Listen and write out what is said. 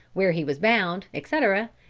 where he was bound, etc,